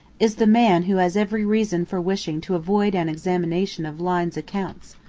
is the man who has every reason for wishing to avoid an examination of lyne's accounts.